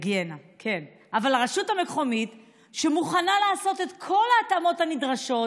אבל הרשות המקומית מוכנה לעשות את כל ההתאמות הנדרשות,